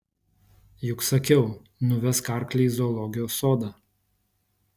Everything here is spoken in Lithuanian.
juk sakiau nuvesk arklį į zoologijos sodą